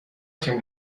تیم